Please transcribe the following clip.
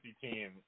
team